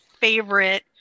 favorite